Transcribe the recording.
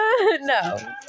No